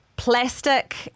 plastic